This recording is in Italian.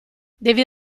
devi